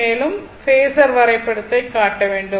மேலும் பேஸர் வரைபடத்தை காட்ட வேண்டும்